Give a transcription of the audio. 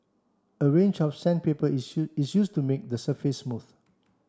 a range of sandpaper is is used to make the surface smooth